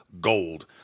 gold